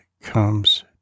comes